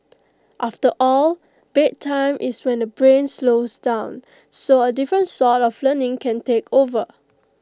after all bedtime is when the brain slows down so A different sort of learning can take over